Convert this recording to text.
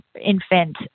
infant